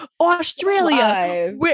Australia